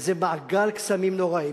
וזה מעגל קסמים נוראי.